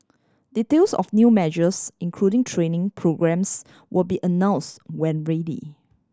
details of new measures including training programmes will be announce when ready